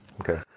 Okay